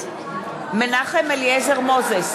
בעד מנחם אליעזר מוזס,